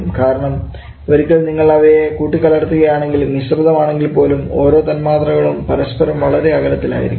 കാരണം ഒരിക്കൽ നിങ്ങൾ അവയെ കൂട്ടിക്കലർത്തുകയാണെങ്കിൽ മിശ്രിതം ആണെങ്കിൽ പോലും ഓരോ തന്മാത്രകളും പരസ്പരം വളരെ അകലത്തിൽ ആയിരിക്കും